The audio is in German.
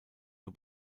nur